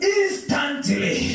instantly